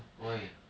why